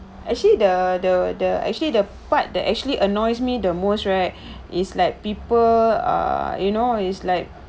actually the the the actually the part that actually annoys me the most right is like people ah you know is like